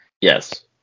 Yes